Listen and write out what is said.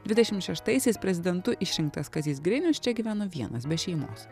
dvidešim šeštaisiais prezidentu išrinktas kazys grinius čia gyveno vienas be šeimos